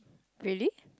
really